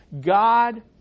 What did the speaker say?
God